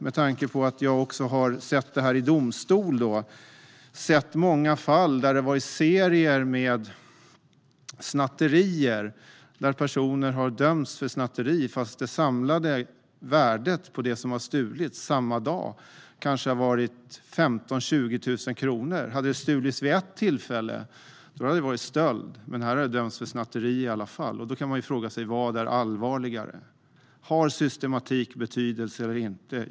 Med tanke på att jag även har sett detta i domstol vet jag att det finns många fall med serier av snatterier där personer har dömts för snatteri, trots att det samlade värdet på det som har stulits samma dag kanske har varit 15 000-20 000 kronor. Om det hade stulits vid ett enda tillfälle hade det handlat om stöld, men i dessa fall har personen dömts för snatteri. Man kan fråga sig vilket som är allvarligast. Har systematik betydelse eller inte?